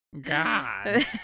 god